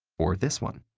or this one.